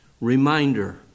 reminder